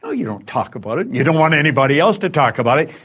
ah you don't talk about it. you don't want anybody else to talk about it,